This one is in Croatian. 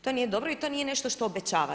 To nije dobro i to nije nešto što obećava.